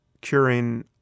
curing